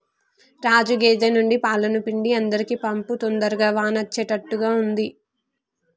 రాజు గేదె నుండి పాలను పిండి అందరికీ పంపు తొందరగా వాన అచ్చేట్టుగా ఉంది